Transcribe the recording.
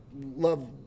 love